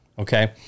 Okay